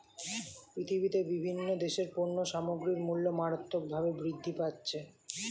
পৃথিবীতে বিভিন্ন দেশের পণ্য সামগ্রীর মূল্য মারাত্মকভাবে বৃদ্ধি পাচ্ছে